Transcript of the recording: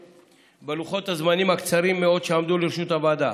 בלוחות הזמנים הקצרים מאוד שעמדו לרשות הוועדה.